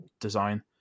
design